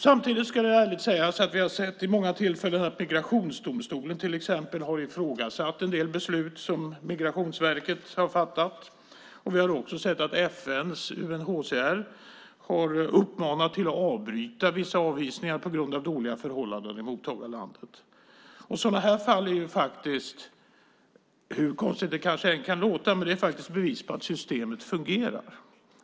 Samtidigt ska det ärligt sägas att vi vid många tillfällen har sett att migrationsdomstolen till exempel har ifrågasatt en del beslut som Migrationsverket har fattat, och vi har också sett att FN:s UNHCR har uppmanat till att avbryta vissa avvisningar på grund av dåliga förhållanden i mottagarlandet. Sådana fall är faktiskt, hur konstigt det kanske än kan låta, bevis på att systemet fungerar.